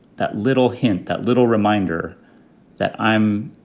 that little hint, that little reminder that i'm